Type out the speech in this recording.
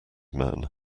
man